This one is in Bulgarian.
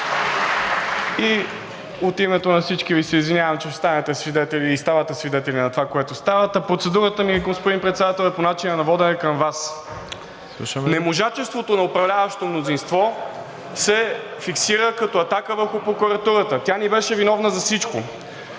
И от името на всички Ви се извинявам, че ще станете свидетели и ставате свидетели на това, което става. Процедурата ми, господин Председател, е по начина на водене към Вас. Неможенето на управляващото мнозинство се фиксира като атака върху прокуратурата – тя ни беше виновна за всичко.